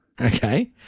Okay